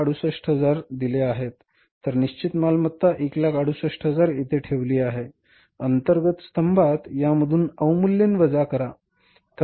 तर निश्चित मालमत्ता 168000 येथे ठेवली आहे अंतर्गत स्तंभात यामधून अवमूल्यन वजा करा